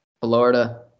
Florida